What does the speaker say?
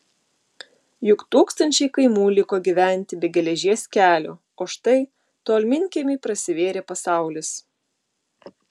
juk tūkstančiai kaimų liko gyventi be geležies kelio o štai tolminkiemiui prasivėrė pasaulis